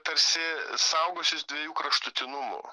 tarsi saugosis dviejų kraštutinumų